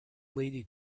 lady